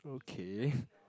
K